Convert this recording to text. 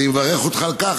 אני מברך אותך על כך.